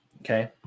okay